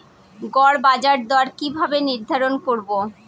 গড় বাজার দর কিভাবে নির্ধারণ করব?